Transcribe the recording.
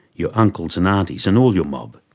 your uncles and aunties and all your mob.